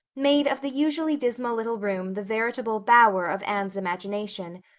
made of the usually dismal little room the veritable bower of anne's imagination,